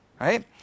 Right